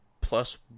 plus